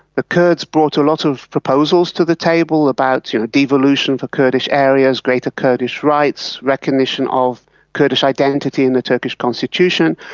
the kurds brought a lot of proposals to the table about devolution for kurdish areas, greater kurdish rights, recognition of kurdish identity in the turkish constitution,